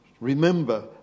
remember